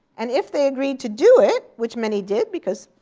and if they agreed to do it which many did because,